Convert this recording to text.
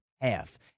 half